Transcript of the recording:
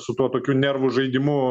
su tuo tokiu nervų žaidimu